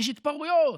יש התפרעויות,